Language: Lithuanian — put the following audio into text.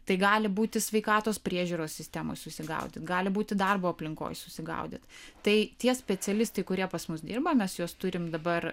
tai gali būti sveikatos priežiūros sistemoj susigaudyt gali būti darbo aplinkoj susigaudyt tai tie specialistai kurie pas mus dirba mes juos turim dabar